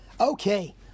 Okay